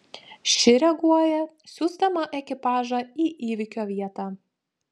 ši reaguoja siųsdama ekipažą į įvykio vietą